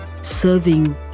serving